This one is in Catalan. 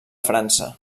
frança